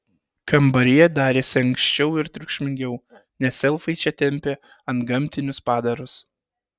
kambaryje darėsi ankščiau ir triukšmingiau nes elfai čia tempė antgamtinius padarus